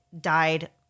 died